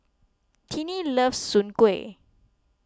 Tiney loves Soon Kueh